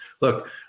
Look